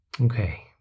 Okay